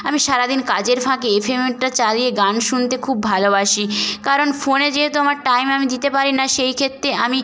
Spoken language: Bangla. আমি সারা দিন কাজের ফাঁকে এফএমটা চালিয়ে গান শুনতে খুব ভালোবাসি কারণ ফোনে যেহেতু আমার টাইম আমি দিতে পারি না সেই ক্ষেত্রে আমি